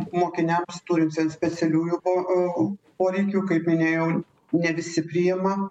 mokiniams turintiems specialiųjų po a poreikių kaip minėjau ne visi priima